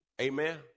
Amen